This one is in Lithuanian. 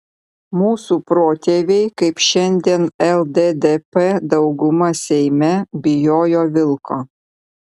mūsų protėviai kaip šiandien lddp dauguma seime bijojo vilko